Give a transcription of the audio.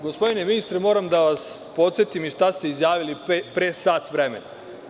Gospodine ministre, moram da vas podsetim šta ste izjavili pre sat vremena.